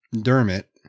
Dermot